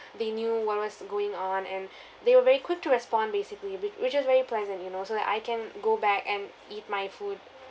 they knew what was going on and they were very quick to respond basically wh~ which is very pleasant you know so that I can go back and eat my food